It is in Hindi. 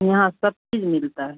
यहाँ सब चीज मिलता है